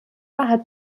hat